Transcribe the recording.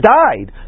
died